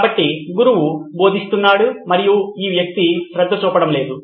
కాబట్టి గురువు బోధిస్తున్నాడు మరియు ఈ వ్యక్తి శ్రద్ధ చూపడం లేదు